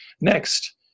Next